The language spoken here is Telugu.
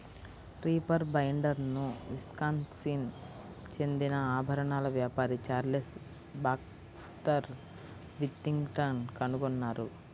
రీపర్ బైండర్ను విస్కాన్సిన్ చెందిన ఆభరణాల వ్యాపారి చార్లెస్ బాక్స్టర్ విథింగ్టన్ కనుగొన్నారు